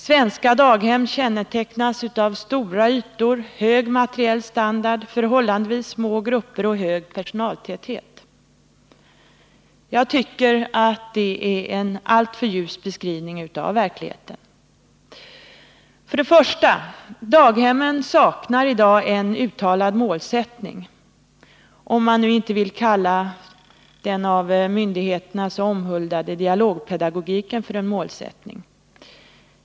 Svenska daghem kännetecknas av stora ytor, hög materiell standard, förhållandevis små grupper och hög personaltäthet.” Jag tycker detta är en alltför ljus beskrivning av verkligheten. För det första: Daghemmen saknar i dag en uttalad målsättning — om man inte vill kalla den av myndigheterna så omhuldade dialogpedagogiken för en målsättning.